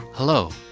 Hello